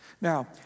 Now